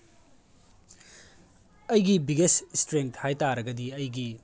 ꯑꯩꯒꯤ ꯕꯤꯒꯦꯁ ꯏꯁꯇ꯭ꯔꯦꯡ ꯍꯥꯏꯇꯥꯔꯒꯗꯤ ꯑꯩꯒꯤ